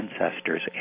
ancestors